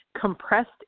compressed